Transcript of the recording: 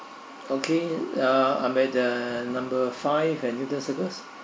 okay I'm at uh number five at newton circus